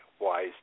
wise